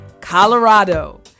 Colorado